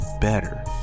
better